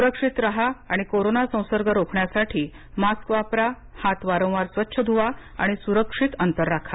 सुरक्षित राहा आणि कोरोना संसर्ग रोखण्यासाठी मास्क वापरा हात वारंवार स्वच्छ ध्वा आणि सुरक्षित अंतर राखा